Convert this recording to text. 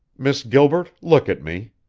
miss gilbert, look at me!